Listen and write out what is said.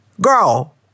Girl